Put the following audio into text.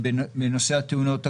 בנושא התאונות הקטלניות,